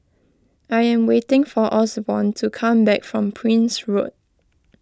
I am waiting for Osborne to come back from Prince Road